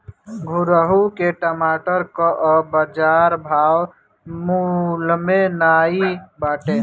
घुरहु के टमाटर कअ बजार भाव मलूमे नाइ बाटे